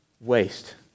waste